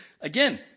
again